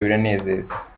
biranezeza